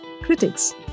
critics